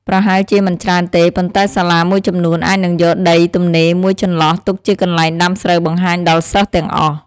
ប្រហែលជាមិនច្រើនទេ ប៉ុន្តែសាលាមួយចំនួនអាចនឹងយកដីទំនេរមួយចន្លោះទុកជាកន្លែងដាំស្រូវបង្ហាញដល់សិស្សទាំងអស់។